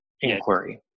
inquiry